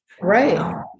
Right